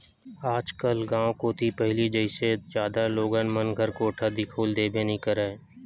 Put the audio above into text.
आजकल गाँव कोती पहिली जइसे जादा लोगन मन घर कोठा दिखउल देबे नइ करय